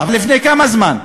אבל לפני כמה זמן?